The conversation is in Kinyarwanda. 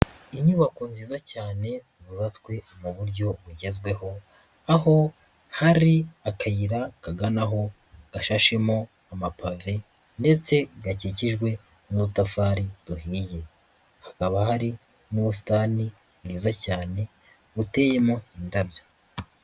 Inyubako nziza cyane zubatswe mu buryo bugezweho. Aho hari akayira kagana aho gashashemo amapave ndetse gakikijwe n'udutafari duhiye. Hakaba hari n'ubusitani bwiza cyane buteyemo indabyo.